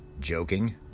Joking